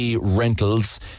rentals